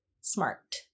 smart